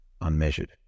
unmeasured